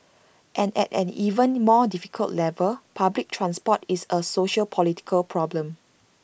and at an even more difficult level public transport is A sociopolitical problem